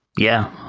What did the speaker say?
yeah.